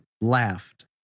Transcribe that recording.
laughed